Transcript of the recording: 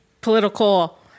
political